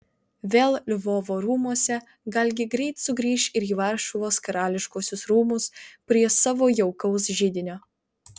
vėl lvovo rūmuose galgi greit sugrįš ir į varšuvos karališkuosius rūmus prie savo jaukaus židinio